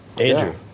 Andrew